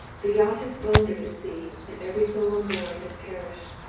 the yacht has foundered at sea, and every soul on board has perished!